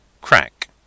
CRACK